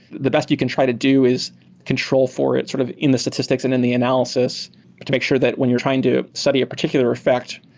the best you can try to do is control for it sort of in the statistics and in the analysis to make sure that when you're trying to study a particular effect,